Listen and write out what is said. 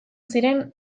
ziren